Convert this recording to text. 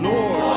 Lord